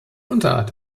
unterart